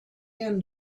and